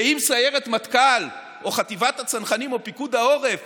ואם סיירת מטכ"ל או חטיבת הצנחנים או פיקוד העורף